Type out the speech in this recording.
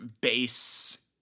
base